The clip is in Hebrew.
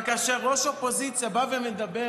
אבל לפחות שמישהו פה, בצד הזה, יבוא ויגיד